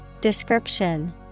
Description